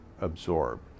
absorb